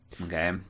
okay